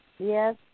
Yes